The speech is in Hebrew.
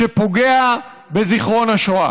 שפוגע בזיכרון השואה.